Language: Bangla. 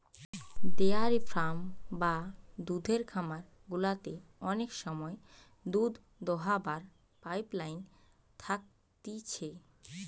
ডেয়ারি ফার্ম বা দুধের খামার গুলাতে অনেক সময় দুধ দোহাবার পাইপ লাইন থাকতিছে